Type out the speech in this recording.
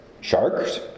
sharks